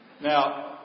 Now